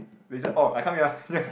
they just oh I come in ah